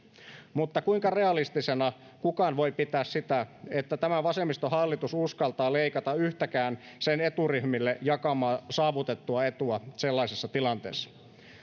mutta kuinka realistisena kukaan voi pitää sitä että tämä vasemmistohallitus uskaltaa leikata yhtäkään sen eturyhmille jakamaa saavutettua etua sellaisessa tilanteessa